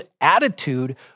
attitude